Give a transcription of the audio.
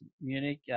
Munich